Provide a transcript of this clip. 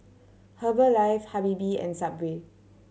Herbalife Habibie and Subway